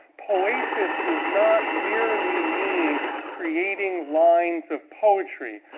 poesis does not merely mean creating lines of poetry,